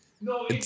No